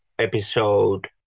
episode